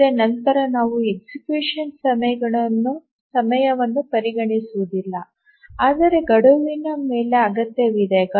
ಆದರೆ ನಂತರ ನಾವು Execution ಸಮಯವನ್ನು ಪರಿಗಣಿಸುವುದಿಲ್ಲ ಅಂದರೆ ಗಡುವಿನ ಮೇಲೆ ಅಗತ್ಯವಿದೆ